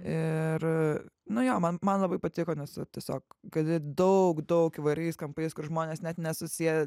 ir nu jo man man labai patiko nes tu tiesiog gali daug daug įvairiais kampais kur žmonės net nesusieja